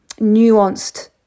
nuanced